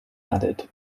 added